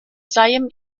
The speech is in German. seien